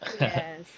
Yes